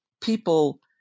people –